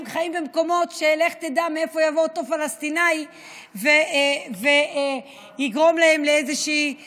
חיים במקומות שלך תדע מאיפה יבוא אותו פלסטיני ויגרום להם לטרור.